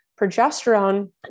progesterone